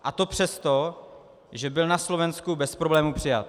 A to přesto, že byl na Slovensku bez problémů přijat.